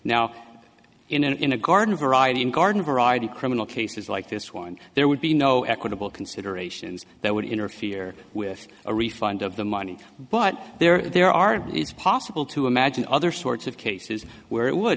now in a garden variety in garden variety criminal cases like this one there would be no equitable considerations that would interfere with a refund of the money but there are it's possible to imagine other sorts of cases where it would